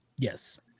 Yes